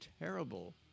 terrible